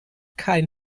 kein